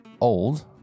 old